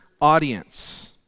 audience